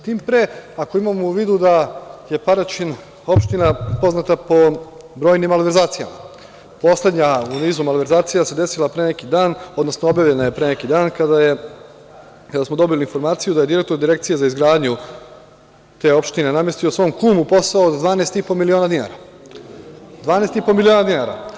Tim pre, ako imamo u vidu da je Paraćin opština poznata po brojnim malverzacijama, poslednja u nizu malverzacija se desila pre neki dan, odnosno objavljena je pre neki dan kada samo dobili informaciju da je direktor Direkcije za izgradnju te opštine namestio svom kumu posao od 12,5 miliona dinara, 12,5 miliona dinara.